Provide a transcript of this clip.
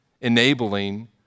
enabling